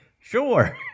Sure